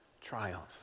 triumph